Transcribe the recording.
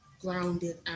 grounded